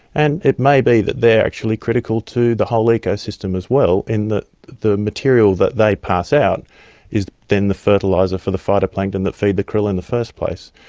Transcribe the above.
and it may be that they are actually critical to the whole ecosystem as well in that the material that they pass out is then the fertiliser for the phytoplankton that feed the krill in the first place.